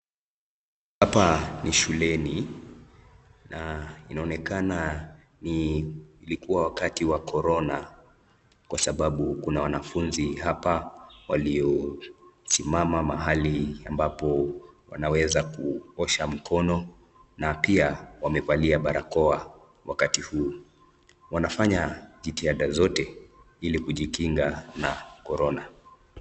Hapa ni shuleni na inaonekana ni ilikuwa wakati wa Corona kwa sababu kuna wanafunzi hapa waliosimama mahali ambapo wanaeza kuosha mkono na pia wamevalia barakoa wakati huu. Wanafanya jitihada zote ili kijikinga na Corona